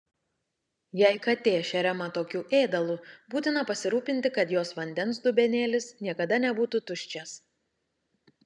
jei katė šeriama tokiu ėdalu būtina pasirūpinti kad jos vandens dubenėlis niekada nebūtų tuščias